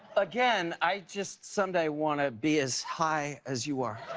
again, i just some day want to be as high as you are.